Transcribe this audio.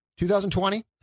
2020